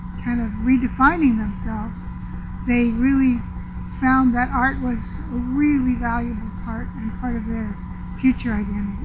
kind of redefining themselves they really found that art was a really valuable part and part of their future identity.